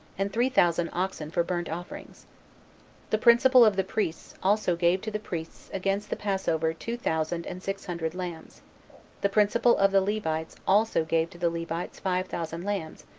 and three thousand oxen for burnt-offerings. the principal of the priests also gave to the priests against the passover two thousand and six hundred lambs the principal of the levites also gave to the levites five thousand lambs,